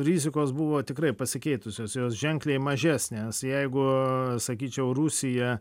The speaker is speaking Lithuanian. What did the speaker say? rizikos buvo tikrai pasikeitusios jos ženkliai mažesnės jeigu sakyčiau rusija